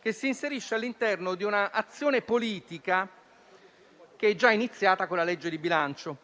che si inserisce all'interno di un'azione politica già iniziata con la legge di bilancio.